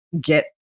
get